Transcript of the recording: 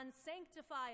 sanctify